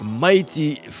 Mighty